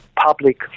public